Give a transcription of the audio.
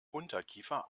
unterkiefer